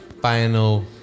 final